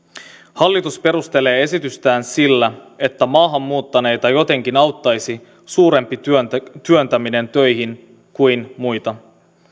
hallitus perustelee esitystään sillä että maahan muuttaneita jotenkin auttaisi suurempi työntäminen työntäminen töihin kuin muita